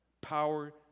Power